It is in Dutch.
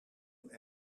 een